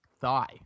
thigh